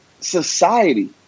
society